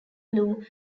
blue